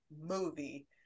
movie